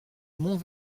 mont